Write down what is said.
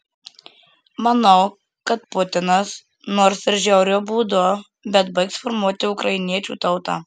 manau kad putinas nors ir žiauriu būdu bet baigs formuoti ukrainiečių tautą